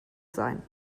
sein